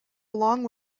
along